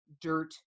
dirt